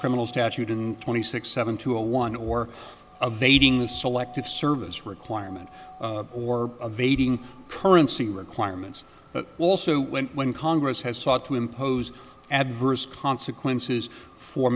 criminal statute in twenty six seven to a one or of they doing the selective service requirement or of aiding currency requirements but also when when congress has sought to impose adverse consequences for